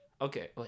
Okay